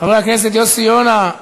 חבר הכנסת יוסי יונה,